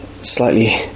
slightly